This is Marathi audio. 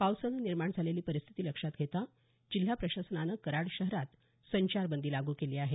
पावसानं निर्माण झालेली परिस्थीती लक्षात घेता जिल्हा प्रशासनानं कराड शहरात संचारबंदी लागू केली आहे